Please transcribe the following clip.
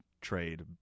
trade